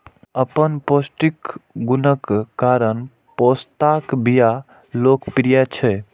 अपन पौष्टिक गुणक कारण पोस्ताक बिया लोकप्रिय छै